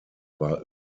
war